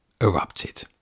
erupted